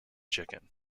chicken